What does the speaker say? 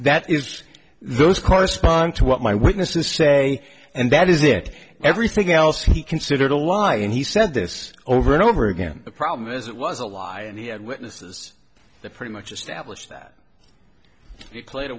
that is those correspond to what my witnesses say and that is it everything else he considered a lie and he said this over and over again the problem is it was a lie and he had witnesses that pretty much established that it played a